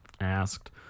asked